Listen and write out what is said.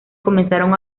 comenzaron